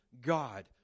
God